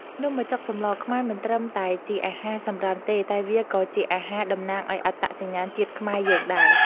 នំបញ្ចុកសម្លខ្មែរមិនត្រឹមតែជាអាហារសម្រន់ទេតែវាក៏ជាអាហារតំណាងឱ្យអត្តសញ្ញាណជាតិខ្មែរយើងដែរ។